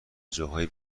جاهای